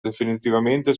definitivamente